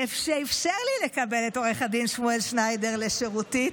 שאפשר לי לקבל את עו"ד שמואל שניידר לשירותי.